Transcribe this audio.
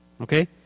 okay